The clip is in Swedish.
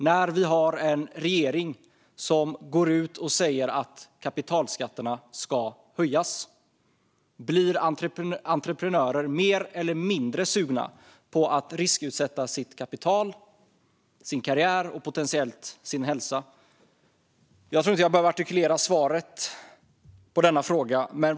När regeringen går ut och säger att kapitalskatterna ska höjas, blir entreprenörer då mer eller mindre sugna på att riskutsätta sitt kapital, sin karriär och potentiellt sin hälsa? Jag tror inte att jag behöver artikulera svaret på den frågan.